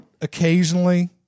occasionally